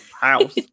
House